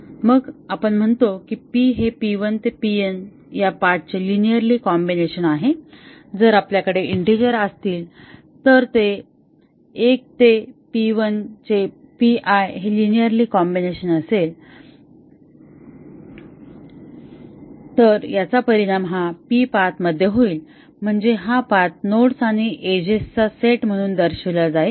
मग आपण म्हणतो की p हे p1 ते pn या पाथ चे लिनिअरली कॉम्बिनेशन आहे जर आपल्याकडे इंटीजर असतील तर 1 ते p i a i चे p i हे लिनिअरली कॉम्बिनेशन असेल तर याचा परिणाम हा p पाथ मध्ये होईल म्हणजे हा पाथ नोड्स आणि एजेस चा सेट म्हणून दर्शविला जाईल